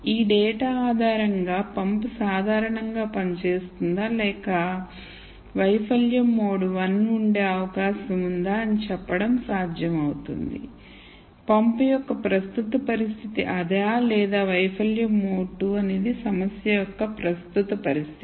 ఈ డేటా ఆధారంగా పంప్ సాధారణంగా పనిచేస్తుందా లేదా వైఫల్యం మోడ్ 1 ఉండే అవకాశం ఉందా అని చెప్పడం సాధ్యమవుతుంది పంపు యొక్క ప్రస్తుత పరిస్థితి అదా లేదా వైఫల్యం మోడ్ 2 అనేది సమస్య యొక్క ప్రస్తుత పరిస్థితి